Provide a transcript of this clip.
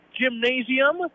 Gymnasium